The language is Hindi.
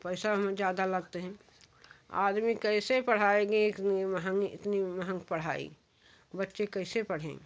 पैसा वहाँ ज़्यादा लगते हैं आदमी कैसे पढ़ाएँगे इतनी महँगी इतनी महँगी पढ़ाई बच्चें कैसे पढ़ें